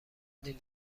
نیم